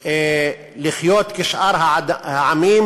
לחיות כשאר העמים,